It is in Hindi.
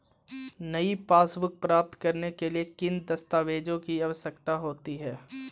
नई पासबुक प्राप्त करने के लिए किन दस्तावेज़ों की आवश्यकता होती है?